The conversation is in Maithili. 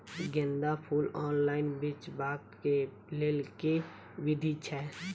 गेंदा फूल ऑनलाइन बेचबाक केँ लेल केँ विधि छैय?